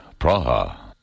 Praha